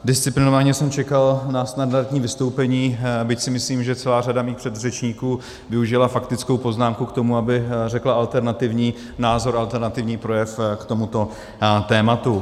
Disciplinovaně jsem čekal na standardní vystoupení, byť si myslím, že celá řada mých předřečníků využila faktickou poznámku k tomu, aby řekla alternativní názor a alternativní projev k tomuto tématu.